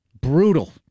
brutal